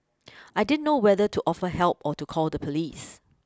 I didn't know whether to offer help or to call the police